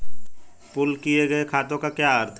Pool किए गए खातों का क्या अर्थ है?